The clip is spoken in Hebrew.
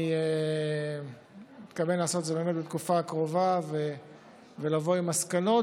אני מתכוון לעשות את זה באמת בתקופה הקרובה ולבוא עם מסקנות.